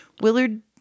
Willard